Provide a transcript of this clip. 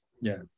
Yes